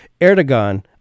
Erdogan